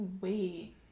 Wait